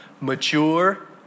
mature